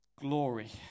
Glory